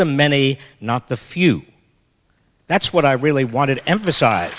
the many not the few that's what i really wanted emphasize